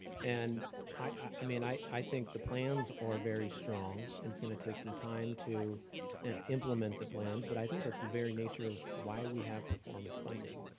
and i mean i i think the plans are very strong, and it's gonna take some time to implement the plans, but i think that's the very nature of why we have performance funding,